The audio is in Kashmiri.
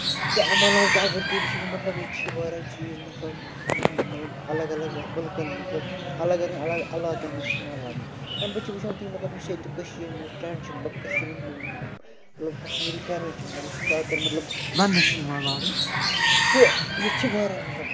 تہٕ اَمہِ علاوٕ تہِ اَگر تُہۍ مطلب ییٚتہِ چھِ واریاہ چیٖز مطلب یِم اَلگ اَلگ مُلکَن مطلب اَلگ اَلگ علاقن منٛز چھِ یِوان لَبنہٕ تَمہِ پَتہٕ چھُ وٕچھان تُہۍ مطلب یُس ییٚتہِ کٔشیٖرِ منٛز ٹرٛنٛڈ چھِ مطلب کٔشیٖرِ مطلب کَشمیٖری پھٮ۪رَن چھِ مطلب یُس زیادٕ تر مطلب وَندَس چھُ یِوان لاگنہٕ تہٕ ییٚتہِ چھِ واریاہ مطلب